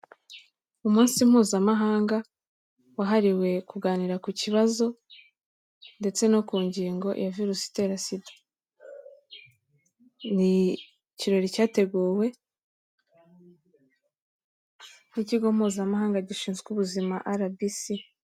Umunsi mpuzamahanga wahariwe kuganira ku kibazo no ku ngingo virusi ni ikirori cyateguwe n'ikigo mpuzamahanga gishinzwe ubuzima arabisi.